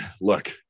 look